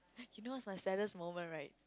you know what's my saddest moment right